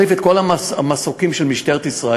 מחליף את כל המסוקים של משטרת ישראל,